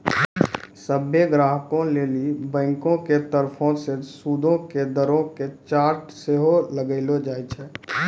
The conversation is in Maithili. सभ्भे ग्राहको लेली बैंको के तरफो से सूदो के दरो के चार्ट सेहो लगैलो जाय छै